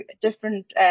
different